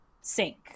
sink